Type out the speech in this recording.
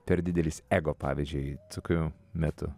per didelis ego pavyzdžiui tokiu metu